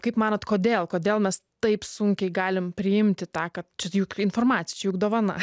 kaip manot kodėl kodėl mes taip sunkiai galim priimti tą kad čia juk informacija čia juk dovana